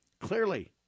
clearly